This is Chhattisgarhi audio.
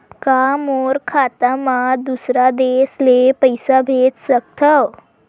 का मोर खाता म दूसरा देश ले पईसा भेज सकथव?